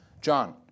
John